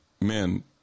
men